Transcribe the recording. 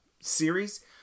series